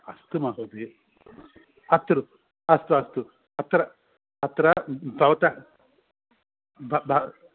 अस्तु महोदये अत्र अस्तु अस्तु अत्र अत्र भवतः